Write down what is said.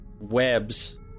webs